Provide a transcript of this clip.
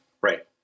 Right